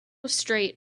straight